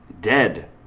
dead